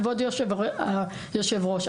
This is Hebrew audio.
כבוד היושב-ראש,